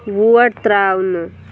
what ترٛاوٕنہٕ